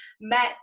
met